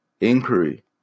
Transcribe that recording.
inquiry